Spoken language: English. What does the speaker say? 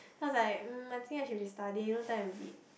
then I was mm I think I should be studying no time to read